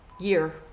year